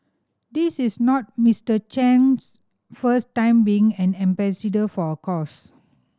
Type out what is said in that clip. this is not Mister Chan's first time being an ambassador for a cause